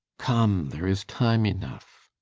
come! there is time enough.